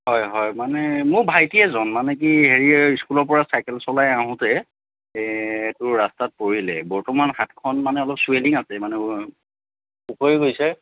হয় হয় মানে মোৰ ভাইটি এজন মানে কি হেৰি এই স্কুলৰপৰা চাইকেল চলাই আহোঁতে এইটো ৰাস্তাত পৰিলে বৰ্তমান মানে হাতখন মানে চুৱেলিং আছে মানে উখহি গৈছে